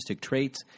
traits